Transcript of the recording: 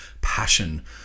passion